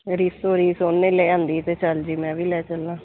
ਰੀਸੋ ਰੀਸ ਉਹਨੇ ਲੈ ਆਉਂਦੀ ਅਤੇ ਚਲੋ ਜੀ ਮੈਂ ਵੀ ਲੈ ਚੱਲਾਂ